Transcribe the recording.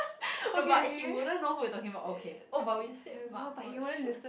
no but he wouldn't know who we are talking about okay oh but we said Mark oh shoots